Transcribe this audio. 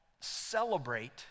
celebrate